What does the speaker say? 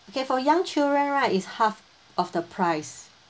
okay for young children right is half of the price